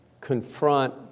confront